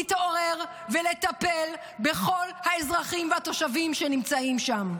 להתעורר ולטפל בכל האזרחים והתושבים שנמצאים שם.